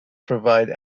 provide